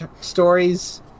stories